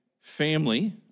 Family